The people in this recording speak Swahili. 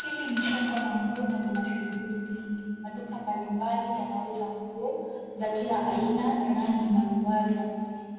Hili ni soko la nguo na lina shughuli nyingi. Maduka mbalimbali yanauza nguo za kila aina, rangi na ruwaza.